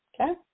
Okay